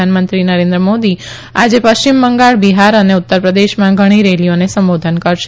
પ્રધાનમંત્રી નરેન્દ્ર મોદી આજે પશ્ચિમ બંગાળ બિહાર અને ઉત્તર પ્રદેશમાં ઘણી રેલીઓને સંબોધન કરશે